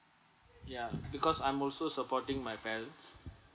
ya because I'm also supporting my parents